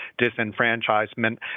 disenfranchisement